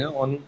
on